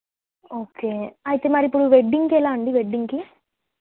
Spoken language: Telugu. ఓకే అయితే మరి ఇప్పుడు వెడ్డింగ్కెలా అండి వెడ్డింగ్కి